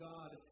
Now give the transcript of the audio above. God